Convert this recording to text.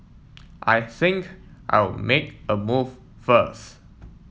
I think I'll make a move first